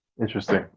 interesting